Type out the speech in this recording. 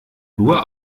nur